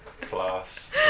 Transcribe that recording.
Class